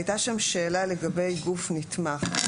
הייתה שם שאלה לגבי גוף נתמך.